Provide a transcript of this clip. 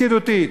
פקידותית,